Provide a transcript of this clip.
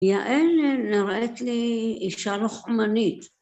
יעל נראית לי אישה לוחמנית.